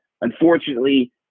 unfortunately